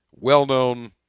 well-known